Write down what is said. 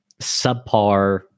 subpar